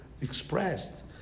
expressed